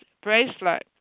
Bracelet